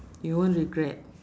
you won't regret